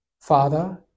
father